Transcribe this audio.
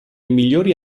migliori